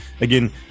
Again